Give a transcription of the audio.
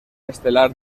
estelar